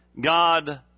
God